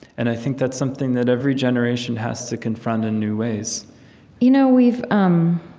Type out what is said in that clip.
and i think that's something that every generation has to confront in new ways you know we've um